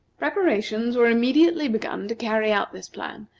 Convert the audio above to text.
preparations were immediately begun to carry out this plan,